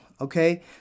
okay